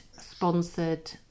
sponsored